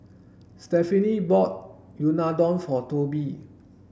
Stephenie bought Unadon for Tobie